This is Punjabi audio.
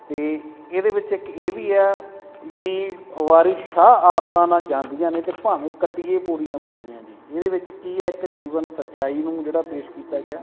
ਅਤੇ ਇਹਦੇ ਵਿੱਚ ਇੱਕ ਇਹ ਵੀ ਆ ਵੀ ਵਾਰਿਸ ਸ਼ਾਹ ਆਦਤਾਂ ਨਾ ਜਾਂਦੀਆਂ ਨੇ ਅਤੇ ਭਾਵੇਂ ਕੱਟੀਏ ਪੋਰੀਆਂ ਪੋਰੀਆਂ ਜੀ ਇਹਦੇ ਵਿੱਚ ਕੀ ਇੱਕ ਜੀਵਨ ਸੱਚਾਈ ਨੂੰ ਜਿਹੜਾ ਪੇਸ਼ ਕੀਤਾ ਗਿਆ